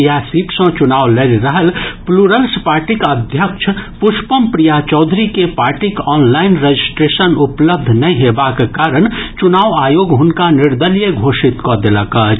इएह सीट सँ चुनाव लड़ि रहल प्लुरल्स पार्टीक अध्यक्ष पुष्पम प्रिया चौधरी के पार्टीक ऑनलाइन रजिस्ट्रेशन उपलब्ध नहि हेबाक कारण चुनाव आयोग हुनका निर्दलीय घोषित कऽ देलक अछि